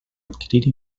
adquirir